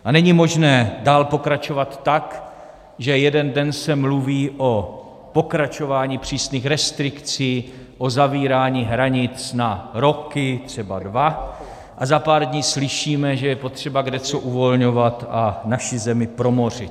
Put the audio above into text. A není možné dál pokračovat tak, že jeden den se mluví o pokračování přísných restrikcí, o zavírání hranic na roky, třeba dva, a za pár dní slyšíme, že je potřeba kdeco uvolňovat a naši zemi promořit.